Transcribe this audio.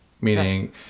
meaning